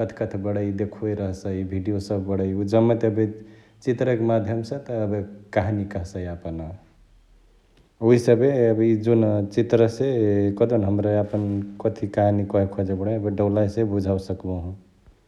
कथकथी बडै देखोइ रहसई भिडियो सभ बडै उ जम्मे त एबे चित्रक माध्यम से त एबे कहाँनी कहसई यापन । उहेसे एबे ए जुन चित्रसे कहदेउन हमरा यापन कथी कहाँनी कहे खोजै बडहु, एबे डौलहिसे बुझावे सक्बहु ।